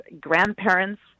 grandparents